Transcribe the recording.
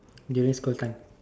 during school time